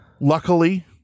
Luckily